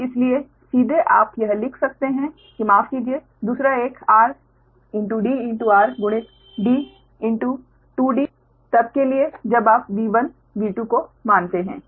तो इसीलिए सीधे आप यह लिख सकते हैं कि माफ कीजिये दूसरा एक r d r गुणित d गुणित 2 d तब के लिए जब आप V1 V2 को मानते हैं